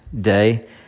day